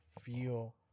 feel